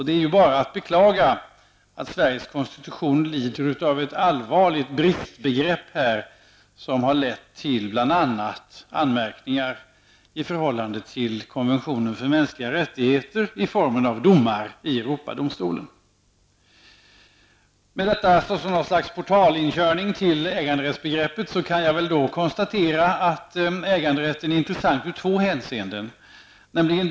Det är bara att beklaga att Sveriges konstitution lider av en allvarlig brist härvidlag, vilket bl.a. har lett till anmärkningar i förhållande till konventionen för mänskliga rättigheter i form av domar i Europadomstolen. Med detta som ett slags portalinkörning till äganderättsbegreppet kan jag konstatera att äganderätten är intressant i två hänseenden.